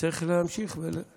וצריך להמשיך ולטפל בהם.